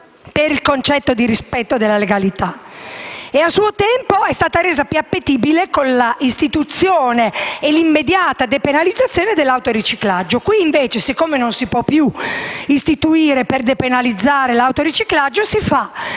per il concetto di rispetto della legalità. A suo tempo è stata resa più appetibile con l'istituzione e immediata depenalizzazione dell'autoriciclaggio. Qui invece, siccome non si può più istituire per depenalizzare l'autoriciclaggio, si fa